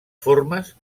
formes